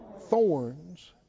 Thorns